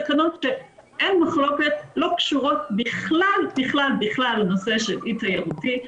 תקנות שאין מחלוקת לא קשורות בכלל בכלל בכלל לנושא של אי תיירותי,